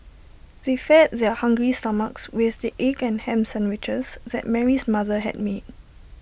they fed their hungry stomachs with the egg and Ham Sandwiches that Mary's mother had made